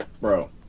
bro